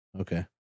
okay